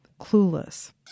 clueless